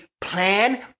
plan